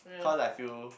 cause I feel